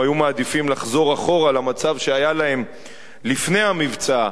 היו מעדיפים לחזור אחורה למצב שלהם לפני המבצע,